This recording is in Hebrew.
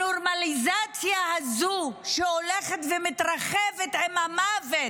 הנורמליזציה הזו, שהולכת ומתרחבת, עם המוות